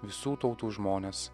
visų tautų žmones